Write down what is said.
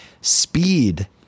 Speed